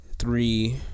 three